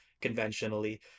conventionally